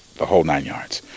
the whole nine yards.